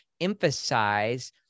emphasize